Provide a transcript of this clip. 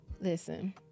listen